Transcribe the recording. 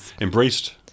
embraced